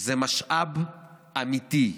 זה משאב אמיתי,